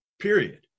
period